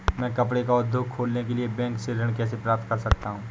मैं कपड़े का उद्योग खोलने के लिए बैंक से ऋण कैसे प्राप्त कर सकता हूँ?